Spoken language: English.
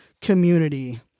community